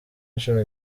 inshuro